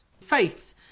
Faith